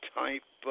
type